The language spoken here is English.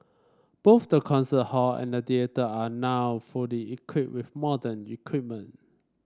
both the concert hall and theatre are now fully equipped with modern equipment